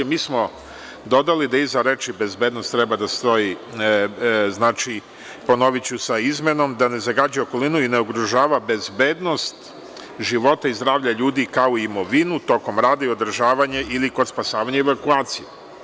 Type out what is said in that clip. Mi smo dodali da iza reči „bezbednost“ treba da stoji, ponoviću - Sa izmenom da ne zagađuje okolinu i ne ugrožava bezbednost života i zdravlja ljudi, kao i imovinu tokom rada i održavanja ili kod spasavanja i evakuacije.